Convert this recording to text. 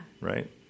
Right